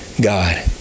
God